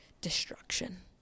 destruction